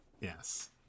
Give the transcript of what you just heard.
yes